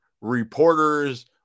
reporters